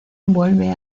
vuelve